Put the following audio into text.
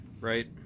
Right